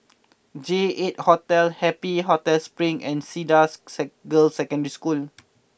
J eight Hotel Happy Hotel Spring and Cedars seg Girls' Secondary School